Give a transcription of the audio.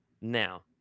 Now